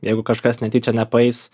jeigu kažkas netyčia nepaeis